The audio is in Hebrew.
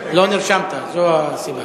לא נרשמת, זו הסיבה.